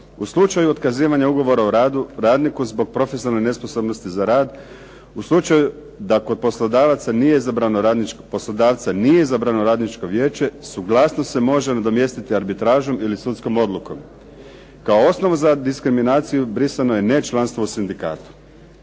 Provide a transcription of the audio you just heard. U slučaju otkazivanja ugovora o radu, radniku zbog profesionalne nesposobnosti za rad, u slučaju da kod poslodavaca nije izabrano radničkog poslodavca, nije izabrano radničko vijeće suglasnost se može nadomjestiti arbitražom ili sudskom odlukom. Kao osnovu za diskriminaciju brisano je nečlanstvo u sindikatu.